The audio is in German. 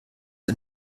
ein